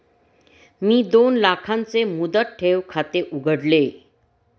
मी दोन लाखांचे मुदत ठेव खाते उघडले